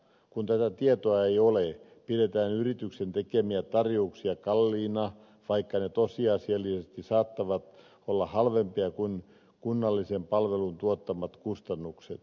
kun tätä tietoa ei ole pidetään yrityksen tekemiä tarjouksia kalliina vaikka ne tosiasiallisesti saattavat olla halvempia kuin kunnallisen palvelun tuottamat kustannukset